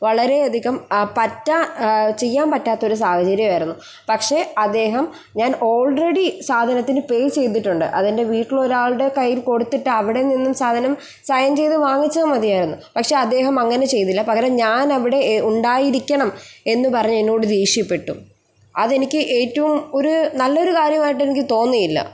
വളരേയധികം ചെയ്യാൻ പറ്റാത്ത ഒരു സാഹചര്യമായിരുന്നു പക്ഷെ അദ്ദേഹം ഞാൻ ഓൾറെഡി സാധനത്തിന് പേ ചെയ്തിട്ടുണ്ട് അതെന്റെ വീട്ടിൽ ഒരാളുടെ കയ്യിൽ കൊടുത്തിട്ട് അവിടെനിന്നും സാധനം സൈൻ ചെയ്തു വാങ്ങിച്ചാൽ മതിയാരുന്നു പക്ഷെ അദ്ദേഹം അങ്ങനെ ചെയ്തില്ല പകരം ഞാൻ അവിടെ ഉണ്ടായിരിക്കണം എന്ന് പറഞ്ഞ് എന്നോട് ദേഷ്യപ്പെട്ടു അത് എനിക്ക് ഏറ്റവും ഒരു നല്ല ഒരു കാര്യമായിട്ട് എനിക്ക് തോന്നിയില്ല